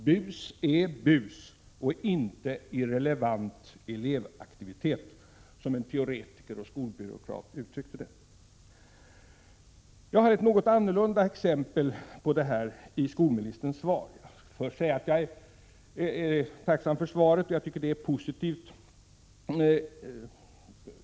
Bus är bus och inte irrelevant elevaktivitet — som en teoretiker och skolbyråkrat utryckte det. Jag har ett något annorlunda exempel på detta i skolministerns svar. Först vill jag säga att jag är tacksam för svaret och tycker att det är positivt.